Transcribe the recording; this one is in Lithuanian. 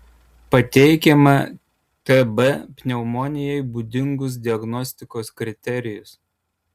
pateikiame tb pneumonijai būdingus diagnostikos kriterijus